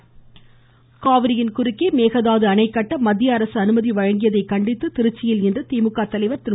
ஸ்டாலின் காவிரியின் குறுக்கே மேகதாது அணை கட்ட மத்திய அரசு அனுமதி வழங்கியதை கண்டித்து திருச்சியில் இன்று திமுக தலைவர் திரு